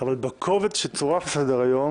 אבל בקובץ שצורף לסדר-היום